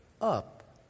up